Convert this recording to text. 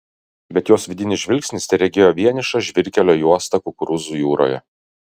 bet jos vidinis žvilgsnis teregėjo vienišą žvyrkelio juostą kukurūzų jūroje